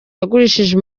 yagurishije